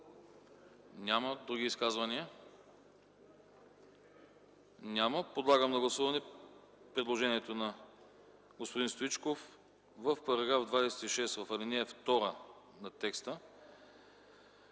Няма. Други изказвания? Няма. Подлагам на гласуване предложението на господин Стоичков в § 26, в текста